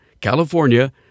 California